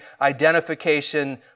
identification